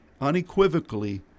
unequivocally